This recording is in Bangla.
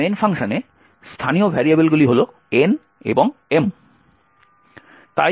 তাই main ফাংশনে স্থানীয় ভেরিয়েবলগুলি হল N এবং M